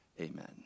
Amen